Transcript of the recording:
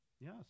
Yes